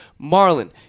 Marlon